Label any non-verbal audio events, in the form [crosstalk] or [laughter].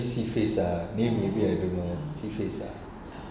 [breath] really see face ah name maybe I don't know see face ah